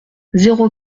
zéro